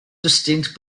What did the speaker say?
distinct